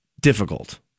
difficult